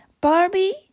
Barbie